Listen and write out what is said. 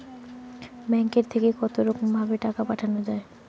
ব্যাঙ্কের থেকে কতরকম ভাবে টাকা পাঠানো য়ায়?